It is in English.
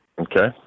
Okay